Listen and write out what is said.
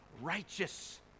righteous